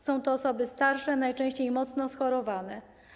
Są to osoby starsze, najczęściej mocno schorowane.